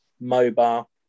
mobile